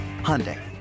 Hyundai